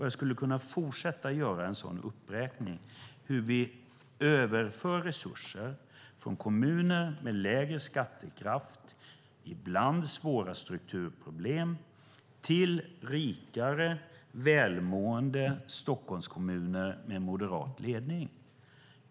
Jag skulle kunna fortsätta med en sådan uppräkning som visar hur vi överför resurser från kommuner med lägre skattekraft och ibland svåra strukturproblem till rikare, välmående Stockholmskommuner med moderat ledning.